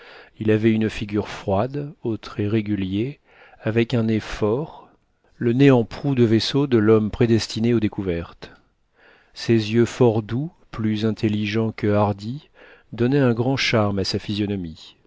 il avait une figure froide aux traits réguliers avec un nez fort le nez en proue de vaisseau de l'homme prédestiné aux découvertes ses yeux fort doux plus intelligents que hardis donnaient un grand charme à sa physionomie